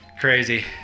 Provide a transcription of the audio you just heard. Crazy